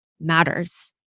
matters